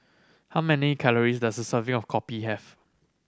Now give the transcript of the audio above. how many calories does serving of kopi have